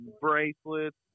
bracelets